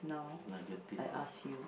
negative ah